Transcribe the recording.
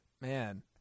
Man